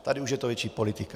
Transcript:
Tady už je to větší politika.